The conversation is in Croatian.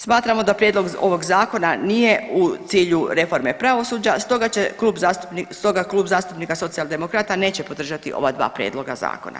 Smatramo da prijedlog ovog zakona nije u cilju reforme pravosuđa, stoga će Klub zastupnika, stoga Klub zastupnika Socijaldemokrata neće podržati ova dva prijedloga zakona.